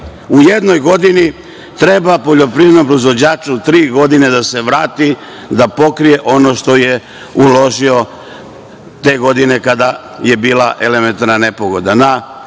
u jednoj godini treba poljoprivrednom proizvođaču tri godine da se vrati da pokrije ono što je uložio te godine kada je bila elementarna nepogoda. Na